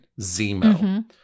Zemo